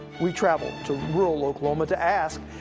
we travel to rural oklahoma to ask,